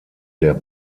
der